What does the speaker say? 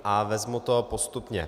A vezmu to postupně.